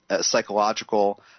psychological